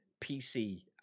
PC